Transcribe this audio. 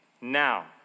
Now